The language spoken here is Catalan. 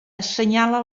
assenyala